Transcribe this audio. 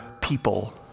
people